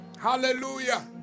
Hallelujah